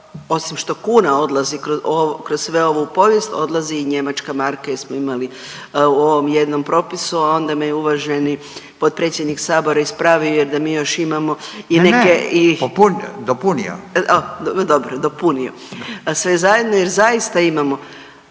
osim što kuna odlazi kroz sve ovo u povijest odlazi i njemačka marka jer smo imali u ovom jednom propisu, a onda me je uvaženi potpredsjednik sabora ispravio jer da mi još imamo i neke …/Upadica: Ne, ne, popunio, dopunio./… dobro dopunio sve zajedno jer zaista imamo.